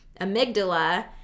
amygdala